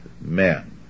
men